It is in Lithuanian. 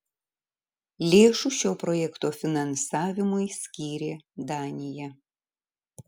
lėšų šio projekto finansavimui skyrė danija